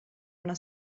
una